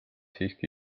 siiski